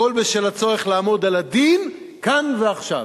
הכול בשל הצורך לעמוד על הדין כאן ועכשיו.